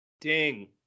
Ding